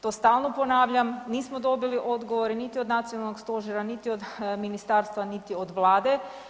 To stalno ponavljam, nismo dobili odgovore niti od nacionalnog stožera, niti od ministarstva, niti od Vlade.